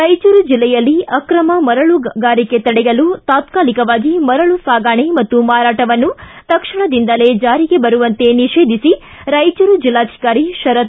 ರಾಯಚೂರು ಜಿಲ್ಲೆಯಲ್ಲಿ ಆಕ್ರಮ ಮರಳುಗಾರಿಕೆ ತಡೆಯಲು ತಾತ್ಕಾಲಿಕವಾಗಿ ಮರಳು ಸಾಗಾಣೆ ಮತ್ತು ಮಾರಾಟವನ್ನು ತಕ್ಷಣದಿಂದಲೇ ಜಾರಿಗೆ ಬರುವಂತೆ ನಿಷೇಧಿಸಿ ರಾಯಚೂರು ಜಿಲ್ಲಾಧಿಕಾರಿ ಶರತ್